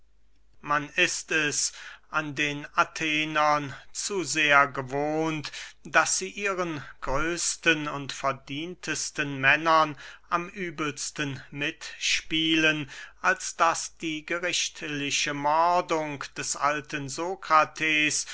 man ist es an den athenern zu sehr gewohnt daß sie ihren größten und verdientesten männern am übelsten mitspielen als daß die gerichtliche mordung des alten